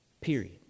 period